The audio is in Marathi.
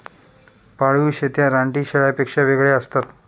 पाळीव शेळ्या रानटी शेळ्यांपेक्षा वेगळ्या असतात